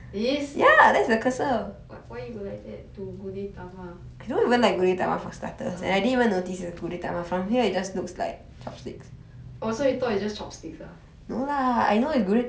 what cursor this what why you like that to gudetama ah